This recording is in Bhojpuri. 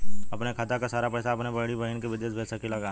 अपने खाते क सारा पैसा अपने बड़ी बहिन के विदेश भेज सकीला का?